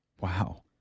Wow